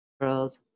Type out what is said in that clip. world